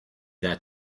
that